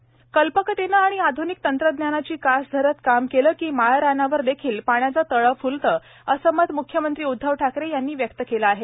जल दिन मुख्यमंत्री कल्पकतेनं आणि आध्निक तंत्रज्ञानाची कास धरत काम केलं की माळरानावर देखील पाण्याचं तळं फुलतं असं मत मुख्यमंत्री उद्दव ठाकरे यांनी व्यक्त केलं आहे